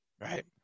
Right